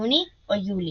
יוני או יולי.